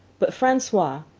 but francois,